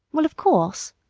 well, of course,